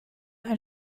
ein